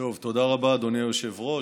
תודה רבה, אדוני היושב-ראש.